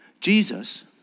Jesus